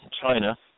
China